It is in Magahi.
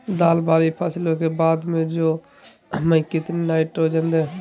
दाल वाली फसलों के बाद में जौ में कितनी नाइट्रोजन दें?